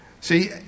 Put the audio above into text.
See